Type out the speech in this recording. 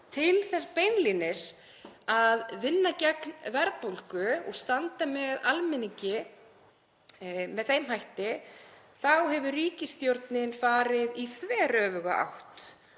til þess beinlínis að vinna gegn verðbólgu og standa með almenningi með þeim hætti, hefur ríkisstjórnin farið í þveröfuga átt.